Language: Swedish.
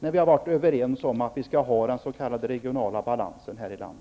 Enighet har ju förelegat om att det skall råda s.k. regional balans i vårt land.